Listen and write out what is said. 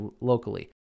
locally